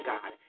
God